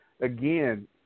again